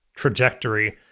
trajectory